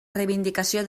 reivindicació